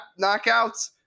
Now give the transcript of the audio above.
knockouts